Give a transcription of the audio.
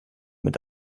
mit